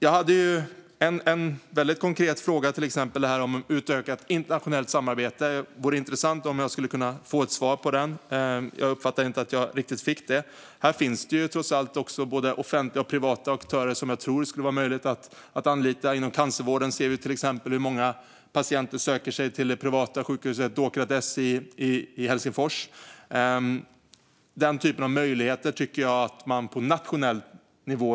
Jag hade en väldigt konkret fråga. Det gällde ett utökat internationellt samarbete. Det vore intressant att få ett svar på den. Jag uppfattade inte att jag riktigt fick det. Här finns trots allt både offentliga och privata aktörer som skulle kunna vara möjliga att anlita. Vi ser exempelvis att många patienter inom cancervården söker sig till det privata sjukhuset Docrates i Helsingfors. Jag tycker att man borde utreda möjligheten till det på nationell nivå.